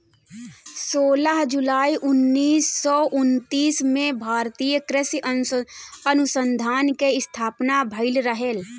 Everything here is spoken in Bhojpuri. सोलह जुलाई उन्नीस सौ उनतीस में भारतीय कृषि अनुसंधान के स्थापना भईल रहे